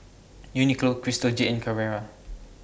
Uniqlo Crystal Jade and Carrera